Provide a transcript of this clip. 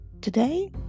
Today